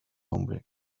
hombre